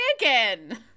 again